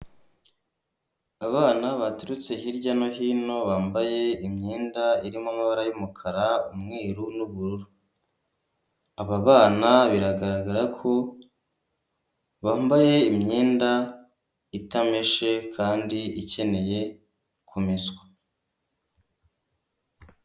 Abana baturutse hirya no hino bambaye imyenda irimo amabara y'umukara umweru n'ubururu aba bana biragaragara ko bambaye imyenda itameshe kandi ikeneye kumeswa.